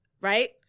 right